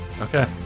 Okay